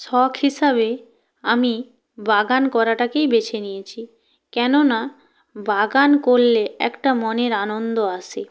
শখ হিসাবে আমি বাগান করাটাকেই বেছে নিয়েছি কেননা বাগান করলে একটা মনের আনন্দ আসে